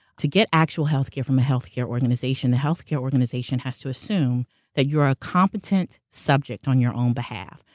to get actual healthcare from a healthcare organization, the healthcare organization has to assume that you're a competent subject on your own behalf.